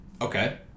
Okay